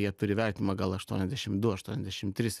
jie turi įvertinimą gal aštuoniasdešim du aštuoniasdešim tris